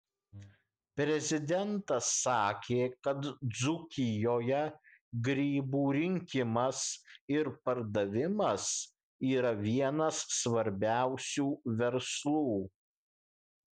prezidentas sakė kad dzūkijoje grybų rinkimas ir pardavimas yra vienas svarbiausių verslų